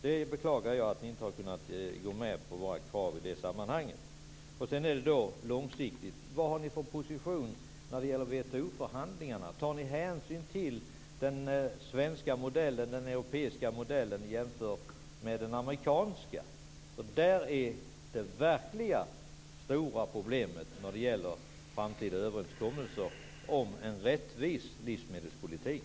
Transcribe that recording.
Jag beklagar att ni inte har gått med på våra krav där. Vad har ni för position i WTO-förhandlingarna? Tar ni hänsyn till den svenska och europeiska modellen jämfört med den amerikanska? Där är det verkligt stora problemet när det gäller framtida överenskommelser om en rättvis livsmedelspolitik.